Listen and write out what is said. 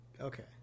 okay